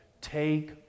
take